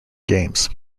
games